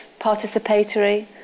participatory